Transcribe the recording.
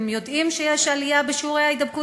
הם יודעים שיש עלייה בשיעורי ההידבקות